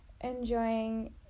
enjoying